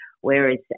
Whereas